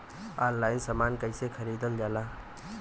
Online समान कैसे खरीदल जाला?